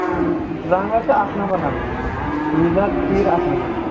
رنٛگ حظ چھُ اَکھ نمبر رنٛگ چھُ کُنہِ زیادٕ سیٖر اکھ نمبر